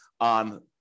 on